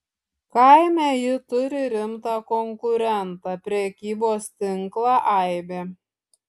kaime ji turi rimtą konkurentą prekybos tinklą aibė